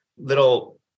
little